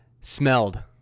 smelled